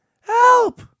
help